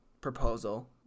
proposal